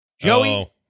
Joey